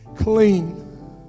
clean